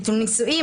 ביטול נישואים,